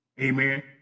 Amen